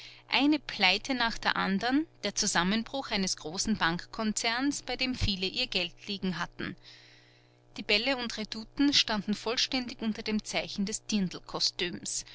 eine pleite nach der anderen der zusammenbruch eines großen bankkonzerns bei dem viele ihr geld liegen hatten die bälle und redouten standen vollständig unter dem zeichen des